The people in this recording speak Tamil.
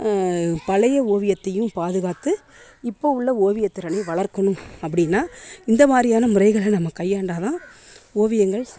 பழைய ஓவியத்தையும் பாதுகாத்து இப்போ உள்ள ஓவிய திறனை வளர்க்கணும் அப்படின்னா இந்த மாதிரியான முறைகளை நம்ம கையாண்டால் தான் ஓவியங்கள் ஸ்